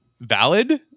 valid